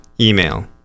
email